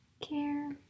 care